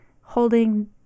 holding